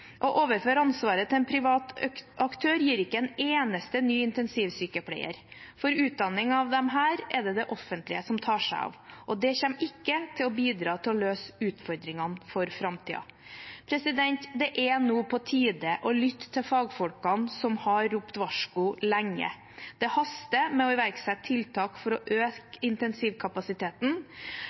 Å overføre ansvaret til en privat aktør gir ikke en eneste ny intensivsykepleier, for utdanning av disse er det det offentlige som tar seg av, så det kommer ikke til å bidra til å løse utfordringene for framtiden. Det er nå på tide å lytte til fagfolkene som har ropt varsko lenge. Det haster med å iverksette tiltak for å øke intensivkapasiteten.